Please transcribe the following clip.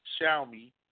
Xiaomi